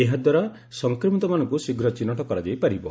ଏହାଦ୍ୱାରା ସଂକ୍ରମିତମାନଙ୍କୁ ଶୀଘ୍ର ଚିହ୍ନଟ କରାଯାଇ ପାରିବ